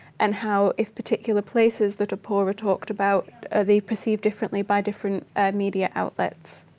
and how, if particular places the reporter talked about, are they perceived differently by different media outlets?